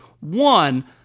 One